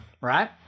right